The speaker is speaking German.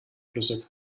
flüssig